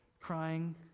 crying